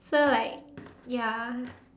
so like ya